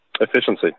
efficiency